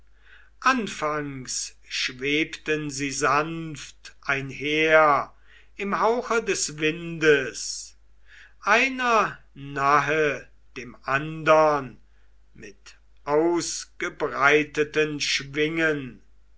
anfangs schwebten sie sanft einher im hauche des windes einer nahe dem andern mit ausgebreiteten schwingen